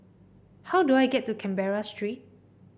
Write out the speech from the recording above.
how do I get to Canberra Street